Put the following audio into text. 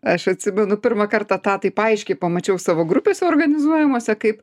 aš atsimenu pirmą kartą tą taip aiškiai pamačiau savo grupėse organizuojamose kaip